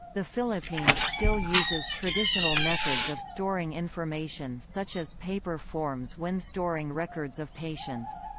the philippines still uses traditional methods of storing information such as paper forms when storing records of patients.